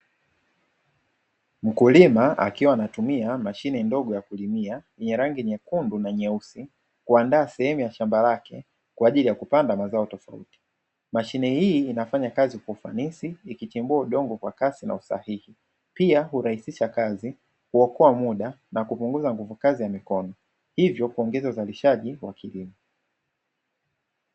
Mkulima akiwa anatumia mashine ndogo ya kulimia, yenye rangi nyekundu na nyeusi kuandaa sehemu ya shamba lake kwa ajili ya kupanda mazao tofauti. Mashine hii inafanya kazi kwa ufanisi, ikichimbua udongo kwa kasi na usahihi, pia hurahisisha kazi, huokoa muda na kupunguza nguvu kazi ya mikono, hivyo kuongeza uzalishaji wa kilimo.